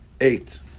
Eight